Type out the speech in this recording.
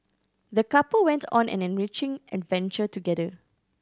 the couple went on an enriching adventure together